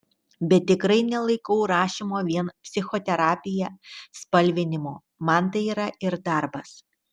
bet tikrai nelaikau rašymo vien psichoterapija spalvinimu man tai yra ir darbas